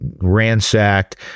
ransacked